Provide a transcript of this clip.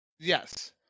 Yes